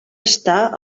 estar